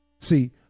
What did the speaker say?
See